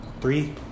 Three